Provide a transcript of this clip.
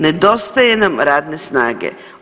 Nedostaje nam radne snage.